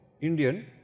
Indian